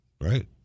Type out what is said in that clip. right